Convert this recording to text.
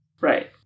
Right